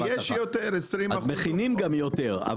אז מכינים גם יותר.